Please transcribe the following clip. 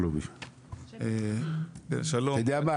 אתה יודע,